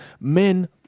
men